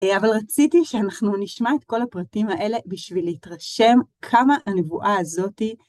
אבל רציתי שאנחנו נשמע את כל הפרטים האלה בשביל להתרשם כמה הנבואה הזאתי...